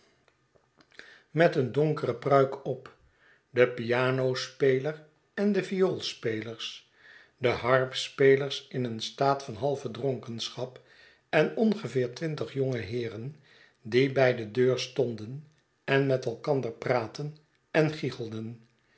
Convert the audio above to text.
met een donkere pruik op de pianospeler en de vioolspelers de harpspeler in een staat van halve dronkenschap en ongeveer twintig jongeheeren die bij de deur stonden en met elkander praatten en